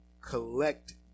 collect